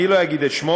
אני לא אגיד את שמו,